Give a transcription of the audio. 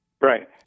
right